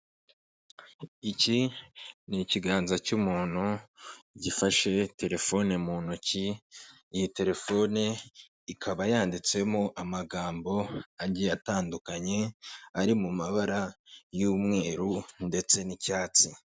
Iki ni ikiganza cy'umuntu gifashe telefone mu ntoki. Iyi telefone ikaba yanditsemo amagambo agiye atandukanye ari mu mabara y'umweru ndetse n'icyatsi.